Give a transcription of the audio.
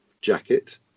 jacket